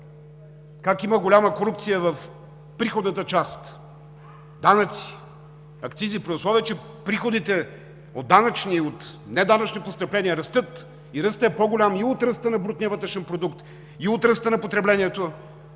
как има голяма корупция в приходната част – данъци, акцизи, при условие че приходите от данъчни и от неданъчни постъпления растат и ръстът е по-голям и от ръста на брутния вътрешен продукт, и от ръста на потреблението,